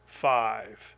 five